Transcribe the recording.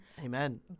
Amen